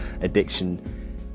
addiction